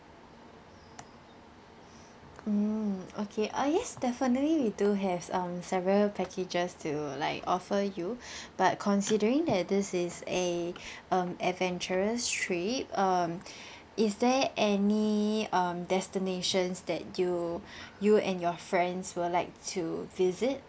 mm okay uh yes definitely we do have um several packages to like offer you but considering that this is a um adventurous trip um is there any um destinations that you you and your friends will like to visit